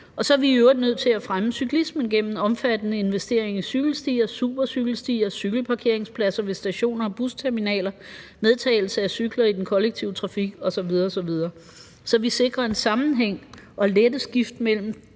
Så er vi i øvrigt nødt til at fremme cyklismen gennem en omfattende investering i cykelstier, supercykelstier, cykelparkeringspladser ved stationer og busterminaler, medtagning af cykler i den kollektive trafik osv. osv., så vi sikrer en sammenhæng og lette skift mellem